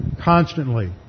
constantly